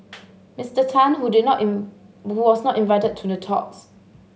Mister Tan who did not who was not invited to the talks